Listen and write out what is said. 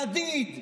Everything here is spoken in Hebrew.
ידיד,